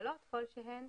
הגבלות כלשהן,